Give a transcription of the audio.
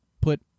put